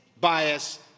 bias